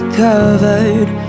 covered